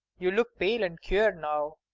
you look pale and queer now.